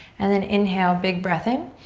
and then inhale, big breath in.